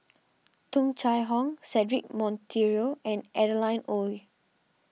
Tung Chye Hong Cedric Monteiro and Adeline Ooi